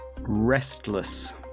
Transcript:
restless